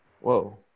Whoa